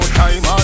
time